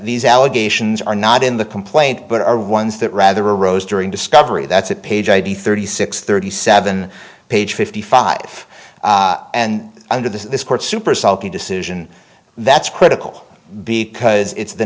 these allegations are not in the complaint but are ones that rather arose during discovery that's it page thirty six thirty seven page fifty five and under the court's super sulky decision that's critical because it's the